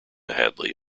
hadley